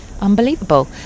unbelievable